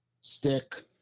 stick